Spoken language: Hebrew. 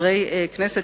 כחברי הכנסת,